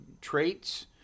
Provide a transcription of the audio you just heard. traits